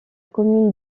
commune